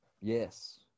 Yes